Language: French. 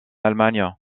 allemagne